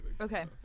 Okay